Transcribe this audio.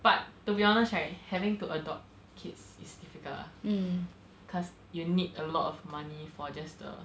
but to be honest right having to adopt kids is difficult because you'll need a lot of money for just a